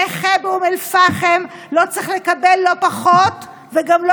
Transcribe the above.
נכה באום אל-פחם לא צריך לקבל לא פחות וגם לא